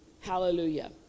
Hallelujah